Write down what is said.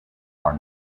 are